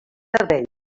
serveis